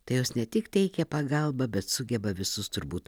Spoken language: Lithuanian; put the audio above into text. tai jos ne tik teikia pagalbą bet sugeba visus turbūt